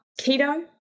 keto